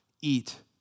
Eat